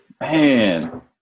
Man